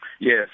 Yes